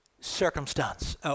circumstance